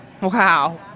Wow